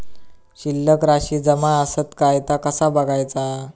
शिल्लक राशी जमा आसत काय ता कसा बगायचा?